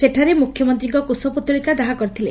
ସେଠାରେ ମୁଖ୍ୟମନ୍ତୀଙ୍କ କୁଶପୁଉଳିକା ଦାହ କରିଥିଲେ